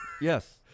Yes